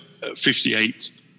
58